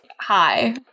hi